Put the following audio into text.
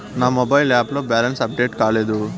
నా mobile app లో balance update కాలేదు